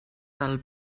del